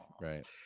right